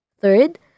Third